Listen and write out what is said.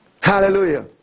Hallelujah